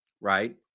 right